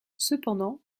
cependant